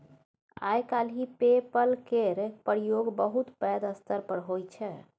आइ काल्हि PayPal केर प्रयोग बहुत पैघ स्तर पर होइ छै